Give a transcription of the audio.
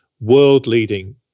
world-leading